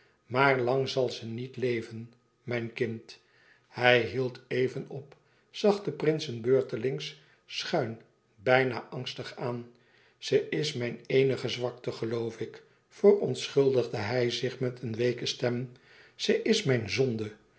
maar lang zal ze niet leven mijn kind hij hield even op zag de prinsen beurtelings schuin bijna angstig aan ze is mijn eenige zwakte geloof ik verontschuldigde hij zich met een weeke stem ze is mijn zoude